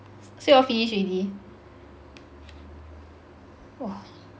so y'all finish already !wah!